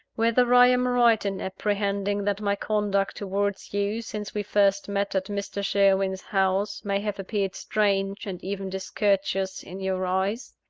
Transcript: whether i am right in apprehending that my conduct towards you, since we first met at mr. sherwin's house, may have appeared strange, and even discourteous, in your eyes?